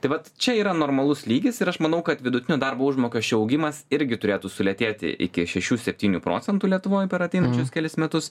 tai vat čia yra normalus lygis ir aš manau kad vidutinio darbo užmokesčio augimas irgi turėtų sulėtėti iki šešių septynių procentų lietuvoj per ateinančius kelis metus